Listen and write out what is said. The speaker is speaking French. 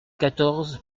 quatorze